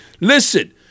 Listen